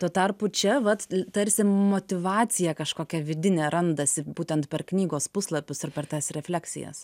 tuo tarpu čia vat tarsi motyvacija kažkokia vidinė randasi būtent per knygos puslapius ir per tas refleksijas